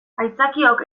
aitzakiok